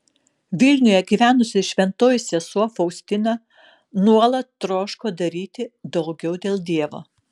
vilniuje gyvenusi šventoji sesuo faustina nuolat troško daryti daugiau dėl dievo